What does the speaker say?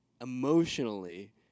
emotionally